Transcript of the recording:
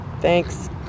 thanks